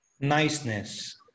Niceness